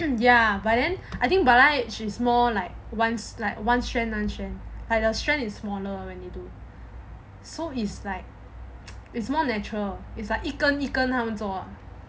ya but then I think balayage is more like one one strand one strand like the strand is like the so is like is more natural is like 一根一根他们做